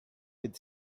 with